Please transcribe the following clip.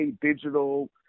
digital